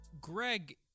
Greg